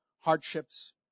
hardships